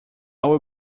will